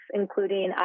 including